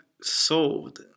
sold